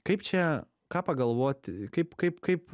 kaip čia ką pagalvoti kaip kaip kaip